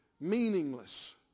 meaningless